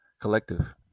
collective